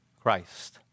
Christ